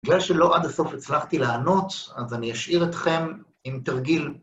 בגלל שלא עד הסוף הצלחתי לענות, אז אני אשאיר אתכם עם תרגיל.